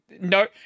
no